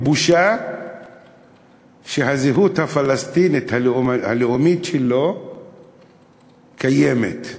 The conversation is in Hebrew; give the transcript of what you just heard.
שזו בושה שהזהות הפלסטינית הלאומית שלו קיימת.